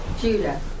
Judah